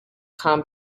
come